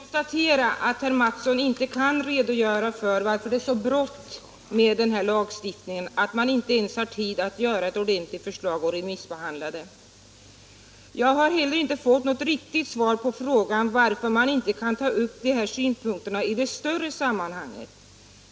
Herr talman! Jag måste konstatera att herr Mattsson inte kan redogöra för varför det är så bråttom med denna lagstiftning att man inte ens har tid att göra ett ordentligt förslag och remissbehandla det. Jag har inte heller fått något riktigt svar på frågan varför man inte kan ta upp dessa synpunkter i det större sammanhanget.